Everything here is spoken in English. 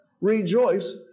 rejoice